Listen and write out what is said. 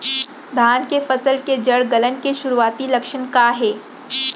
धान के फसल के जड़ गलन के शुरुआती लक्षण का हे?